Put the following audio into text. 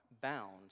bound